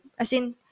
Asin